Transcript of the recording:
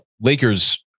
Lakers